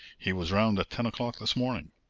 he was round at ten o'clock this morning.